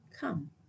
come